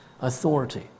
authority